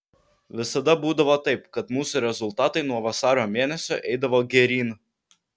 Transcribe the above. visada būdavo taip kad mūsų rezultatai nuo vasario mėnesio eidavo geryn